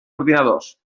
ordinadors